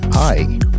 Hi